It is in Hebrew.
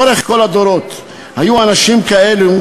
הרב גפני,